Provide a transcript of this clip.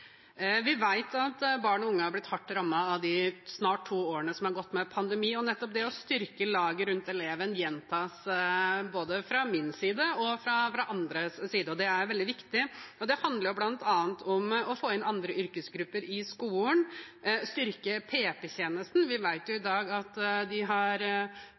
Vi vet at barn og unge er blitt hardt rammet i de snart to årene som er gått med pandemi, og nettopp det å styrke laget rundt eleven gjentas, både fra min side og fra andres side. Det er veldig viktig. Det handler bl.a. om å få inn andre yrkesgrupper i skolen og å styrke PP-tjenesten. Vi vet at de i dag har